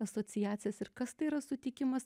asociacijas ir kas tai yra sutikimas